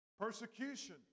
Persecution